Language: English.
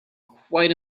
quite